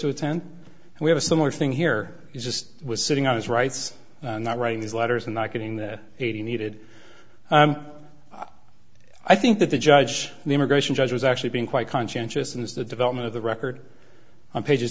to attend and we have a similar thing here he just was sitting on his rights not writing these letters and not getting the aid he needed i think that the judge the immigration judge was actually being quite conscientiousness the development of the record on pages